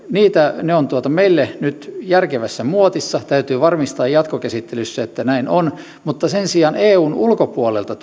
ovat meille nyt järkevässä muotissa täytyy varmistaa jatkokäsittelyssä että näin on mutta sen sijaan eun ulkopuolelta